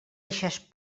eixes